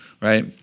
right